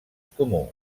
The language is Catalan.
comú